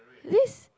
this